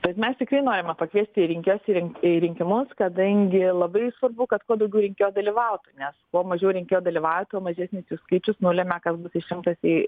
bet mes tikrai norime pakviesti rinkėjus į rin rinkimus kadangi labai svarbu kad kuo daugiau rinkėjų dalyvautų nes kuo mažiau rinkėjų dalyvauja tuo mažesnis jų skaičius nulemia kas bus išrinktas į